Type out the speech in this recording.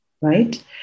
right